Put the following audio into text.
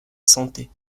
santé